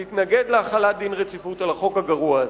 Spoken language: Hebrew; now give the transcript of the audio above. להתנגד להחלת דין רציפות על החוק הגרוע הזה.